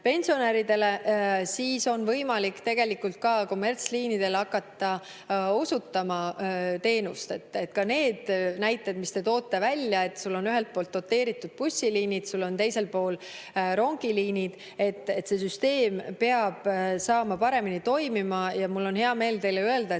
pensionäridele –, siis on võimalik tegelikult ka kommertsliinidel hakata osutama teenust. Ka need näited, mis te toote välja, et ühelt poolt on doteeritud bussiliinid, teiselt poolt on rongiliinid – selle süsteemi peab saama paremini toimima. Ja mul on hea meel teile öelda, et